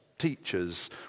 Teachers